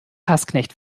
hassknecht